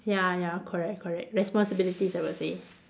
ya ya correct correct responsibilities I would say